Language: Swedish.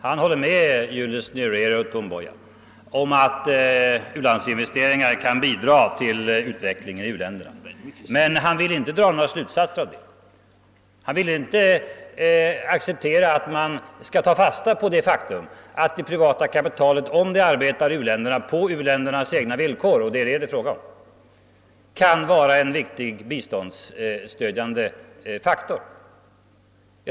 Han håller med Julius Nyerere och Tom Mboya om att u-landsinvesteringar kan bidra till utvecklingen i u-länderna, men han vill inte dra några slutsatser därav. Han vill inte acceptera att vi skall ta fasta på det faktum att det privata kapital som arbetar i u-länderna på u-ländernas egna villkor — och det är detta det här är fråga om — kan vara en viktig biståndsfaktor.